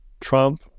Trump